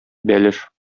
бәлеш